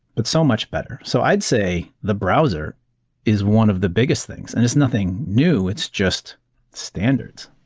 but so much better. so i'd say the browser is one of the biggest things, and it's nothing new. it's just standards.